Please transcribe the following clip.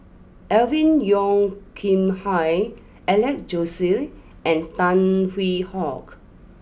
Alvin Yeo Khirn Hai Alex Josey and Tan Hwee Hock